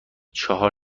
چهار